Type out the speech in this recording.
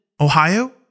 Ohio